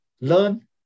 Learn